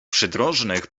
przydrożnych